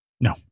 No